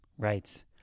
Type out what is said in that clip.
Right